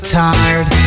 tired